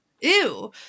Ew